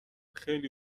خیلی